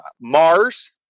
Mars